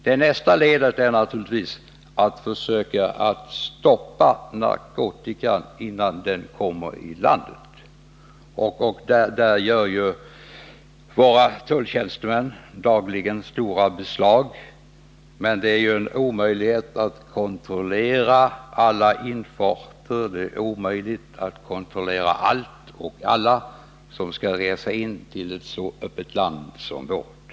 Det bästa är naturligtvis att försöka stoppa narkotikan innan den kommer in i landet. Där gör våra tulltjänstemän dagligen stora beslag, men det är ju en omöjlighet att kontrollera alla som reser in i ett så öppet land som vårt.